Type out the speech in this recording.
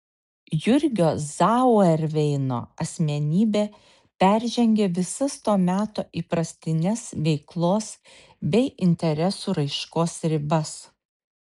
jurgio zauerveino asmenybė peržengė visas to meto įprastines veiklos bei interesų raiškos ribas